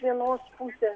vienos pusės